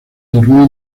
torneo